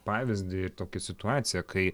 pavyzdį tokią situaciją kai